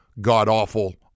god-awful